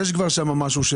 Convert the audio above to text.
כבר יש שם משהו.